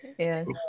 Yes